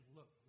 Look